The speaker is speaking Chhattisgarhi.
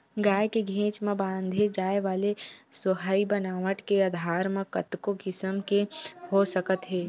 गाय के घेंच म बांधे जाय वाले सोहई बनावट के आधार म कतको किसम के हो सकत हे